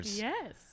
Yes